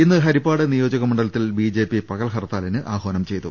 ഇന്ന് ഹരിപ്പാട് നിയോജക മണ്ഡലത്തിൽ ബിജെപി പകൽ ഹർത്താലിന് ആഹാനം ചെയ്തു